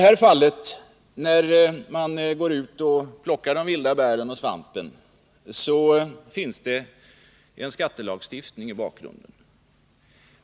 När det gäller att plocka vilda bär och svamp finns det en skattelagstiftning i bakgrunden.